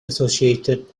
associated